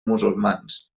musulmans